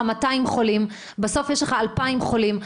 200 חולים ובסוף יש לך 2,000 חולים,